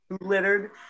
littered